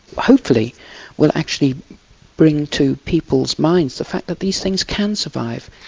hopefully we'll actually bring to people's minds the fact that these things can survive.